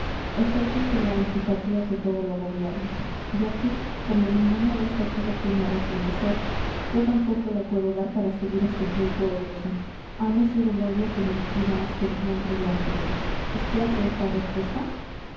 efectos de la antipatía que todo lo gobierna y así como ninguna de estas cosas tiene razon de ser yo tampoco la puedo dar para seguir este pleito odioso á no ser el odio que me inspira hasta el nombre de antonio os place esta respuesta